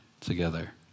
together